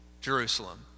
Jerusalem